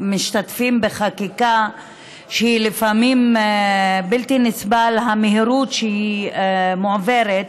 משתתפים בחקיקה שהיא לפעמים בלתי נסבלת במהירות שבה היא מועברת,